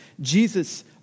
Jesus